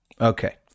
Okay